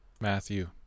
Matthew